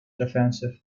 defensive